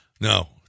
No